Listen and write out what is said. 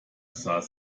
sah